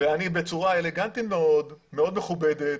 ואני בצורה אלגנטית מאוד, מאוד מכובדת,